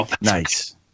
Nice